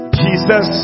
jesus